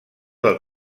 del